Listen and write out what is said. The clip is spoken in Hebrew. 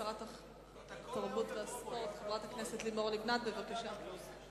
שרת התרבות והספורט חברת הכנסת לימור לבנת, בבקשה.